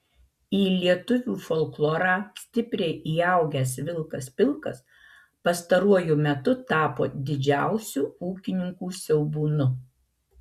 į lietuvių folklorą stipriai įaugęs vilkas pilkas pastaruoju metu tapo didžiausiu ūkininkų siaubūnu